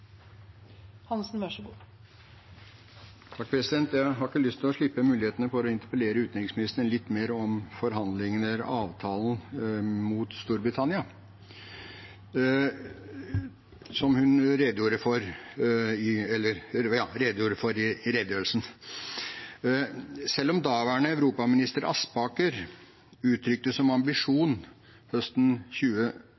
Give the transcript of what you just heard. Jeg har ikke lyst til å slippe muligheten til å interpellere utenriksministeren litt mer om forhandlingene om avtale med Storbritannia, som hun redegjorde for i redegjørelsen. Selv om daværende europaminister Aspaker hadde som